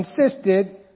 insisted